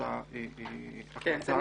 לכן